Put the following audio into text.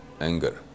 anger